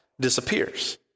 disappears